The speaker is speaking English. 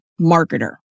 marketer